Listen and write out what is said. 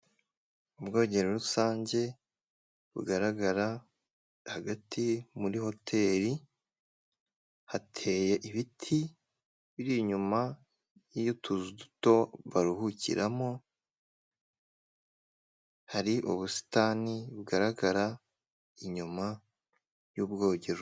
Ubwogero rusange bugaragara hagati muri hoteri hateye ibiti biri inyuma y'utuzu duto baruhukiramo, hari ubusitani bugaragara inyuma y'ubwogero.